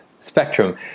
spectrum